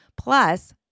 plus